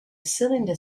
cylinder